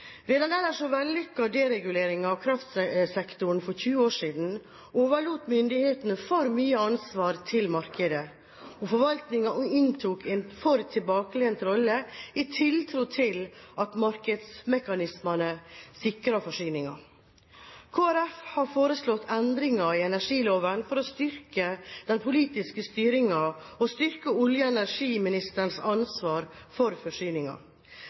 Ved den ellers så vellykkede dereguleringen av kraftsektoren for 20 år siden overlot myndighetene for mye ansvar til markedet, og forvaltningen inntok en for tilbakelent rolle i tiltro til at markedsmekanismene sikret forsyningen. Kristelig Folkeparti har foreslått endringer i energiloven for å styrke den politiske styringen og styrke olje- og energiministerens ansvar for